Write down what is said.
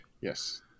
Yes